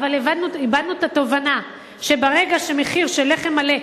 אבל איבדנו את התובנה שברגע שמחיר של לחם מלא,